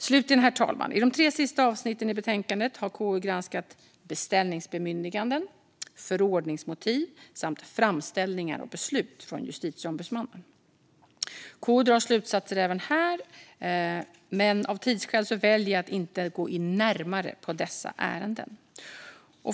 Slutligen, herr talman, har KU i de tre sista avsnitten i betänkandet granskat beställningsbemyndiganden, förordningsmotiv samt framställningar och beslut från Justitieombudsmannen. KU drar slutsatser även här, men av tidsskäl väljer jag att inte gå in närmare på dessa ärenden.